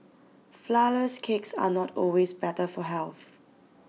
Flourless Cakes are not always better for health